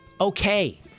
okay